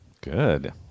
Good